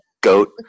goat